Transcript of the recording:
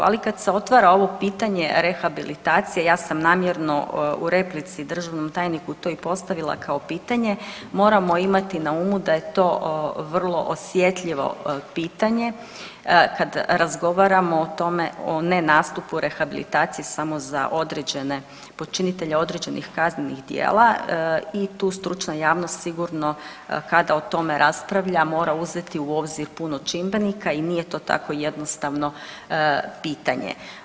Ali kad se otvara ovo pitanje rehabilitacije ja sam namjerno u replici državnom tajniku to i postavila kao pitanje moramo imati na umu da je to vrlo osjetljivo pitanje kad razgovaramo o tome, o nenastupu rehabilitacije samo za određene počinitelje određenih kaznenih djela i stručna javnost sigurno kada o tome raspravlja mora uzeti u obzir puno čimbenika i nije to tako jednostavno pitanje.